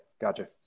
Gotcha